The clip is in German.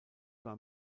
war